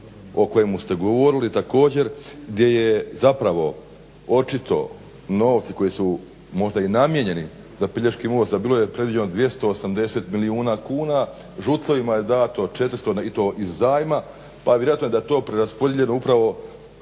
o kojemu ste govorili također gdje je zapravo očito novci koji su možda i namijenjeni za Pelješki most, a bilo je predviđeno 280 milijuna kuna, … /Govornik se ne razumije./… je dato 400 i to iz zajma, pa vjerojatno je da je to preraspodijeljeno upravo